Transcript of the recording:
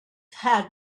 had